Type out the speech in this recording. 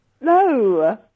No